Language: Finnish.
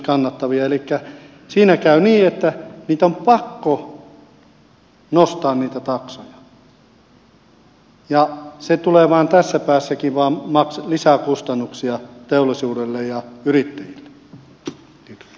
elikkä siinä käy niin että on pakko nostaa niitä taksoja ja siitä tulee tässä päässäkin vain lisäkustannuksia teollisuudelle ja yrittäjille